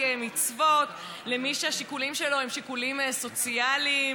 מצוות למי שהשיקולים שלו הם שיקולים סוציאליים,